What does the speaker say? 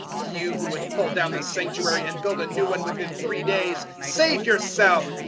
you who would pull down the sanctuary and build a new one within three days, save yourself.